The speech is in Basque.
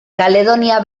kaledonia